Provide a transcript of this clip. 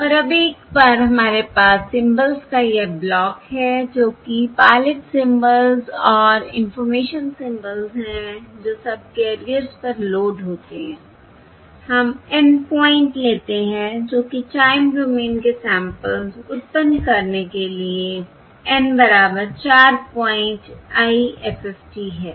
और अब एक बार हमारे पास सिंबल्स का यह ब्लॉक है जो कि पायलट सिंबल्स और इंफॉर्मेशन सिंबल्स हैं जो सबकैरियर्स पर लोड होते हैं हम N पॉइंट लेते हैं जो कि टाइम डोमेन के सैंपल्स उत्पन्न करने के लिए N बराबर 4 पॉइंट IFFT है